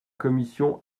commission